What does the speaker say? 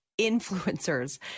influencers